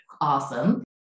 awesome